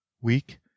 weak